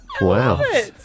Wow